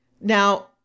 Now